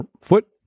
Foot